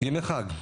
ימי חג,